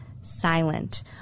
silent